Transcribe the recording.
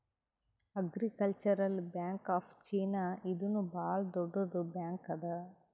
agricultural bank of China ಇದೂನು ಭಾಳ್ ದೊಡ್ಡುದ್ ಬ್ಯಾಂಕ್ ಅದಾ